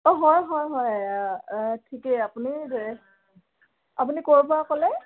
অঁ হয় হয় হয় ঠিকেই আপুনি আপুনি ক'ৰ পৰা ক'লে